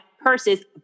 purses